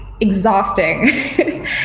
exhausting